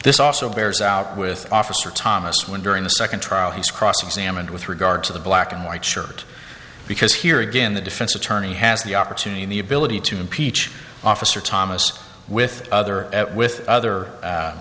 this also bears out with officer thomas when during the second trial he's cross examined with regard to the black and white shirt because here again the defense attorney has the opportunity and the ability to impeach officer thomas with other with other